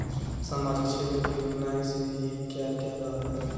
सामाजिक क्षेत्र की योजनाएं से क्या क्या लाभ है?